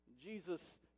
Jesus